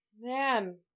Man